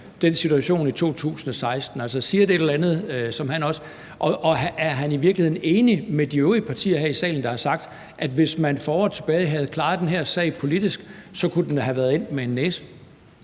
den situation i 2016 – altså siger det et eller andet? Og er han i virkeligheden enig med de øvrige partier her i salen, der har sagt, at hvis man for år tilbage havde klaret den her sag politisk, kunne den have været endt med en næse?